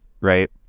Right